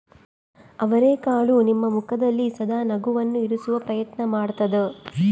ಅವರೆಕಾಳು ನಿಮ್ಮ ಮುಖದಲ್ಲಿ ಸದಾ ನಗುವನ್ನು ಇರಿಸುವ ಪ್ರಯತ್ನ ಮಾಡ್ತಾದ